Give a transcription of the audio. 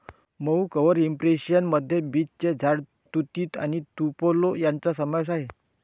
मऊ cover impression मध्ये बीचचे झाड, तुती आणि तुपेलो यांचा समावेश आहे